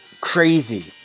crazy